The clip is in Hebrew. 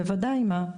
בוודאי, מה?